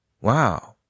Wow